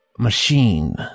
Machine